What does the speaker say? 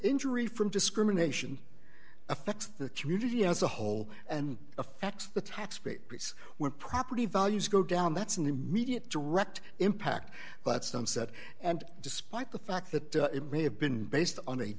injury from discrimination affects the community as a whole and affects the taxpayer a piece where property values go down that's an immediate direct impact but some said and despite the fact that it may have been based on a